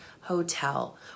hotel